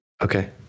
Okay